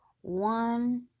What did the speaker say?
One